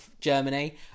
Germany